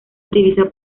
utiliza